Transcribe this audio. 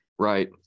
Right